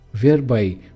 whereby